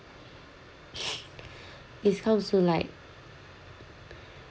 it's come to like